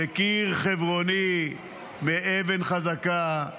זה קיר חברוני מאבן חזקה.